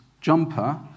jumper